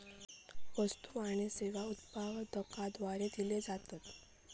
वस्तु आणि सेवा उत्पादकाद्वारे दिले जातत